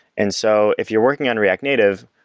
and so if you're working on react native,